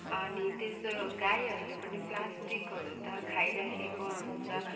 अनि त्यस्तो गाईहरूले पनि प्लास्टिकहरू त खाइराखेको हुन्छ